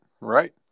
right